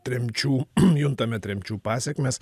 tremčių juntame tremčių pasekmes